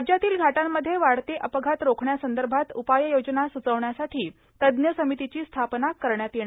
राज्यातील घाटांमध्ये वाढते अपघात रोखण्यासंदर्भात उपाययोजना सुचवण्यासाठी तज्ञ समितीची स्थापना करण्यात येणार